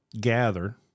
gather